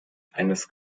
eines